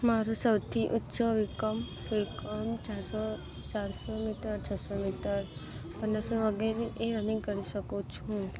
મારો સૌથી ઊંચો વિક્રમ વિક્રમ ચારસો મીટર છસો મીટર પન વગેની એ રનિંગ કરી શકું છું